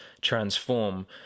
transform